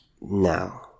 Now